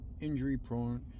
injury-prone